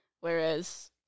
Whereas